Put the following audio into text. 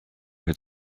had